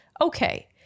okay